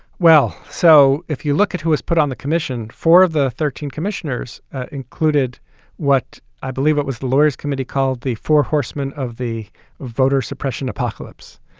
well, so if you look at who has put on the commission, four of the thirteen commissioners included what i believe it was lawyers committee called the four horsemen of the voter suppression apocalypse.